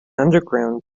underground